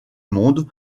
monde